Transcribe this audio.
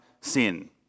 sin